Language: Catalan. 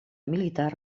militar